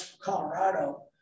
Colorado